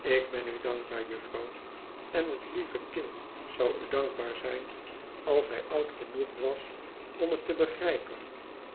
ik ben u dankbaar juffrouw en het lieve kind zou u dankbaar zijn als hij oud genoeg was om het te begrijpen